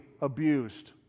abused